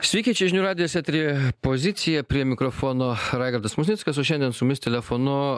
sveiki čia žinių radijas eteryje pozicija prie mikrofono raigardas musnickas o šiandien su mumis telefonu